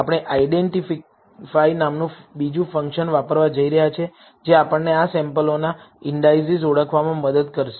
આપણે આઈડેન્ટિફાય નામનું બીજું ફંક્શન વાપરવા જઈ રહ્યા છીએ જે આપણને આ સેમ્પલોના ઈન્ડાઈસિસ ઓળખવામાં મદદ કરશે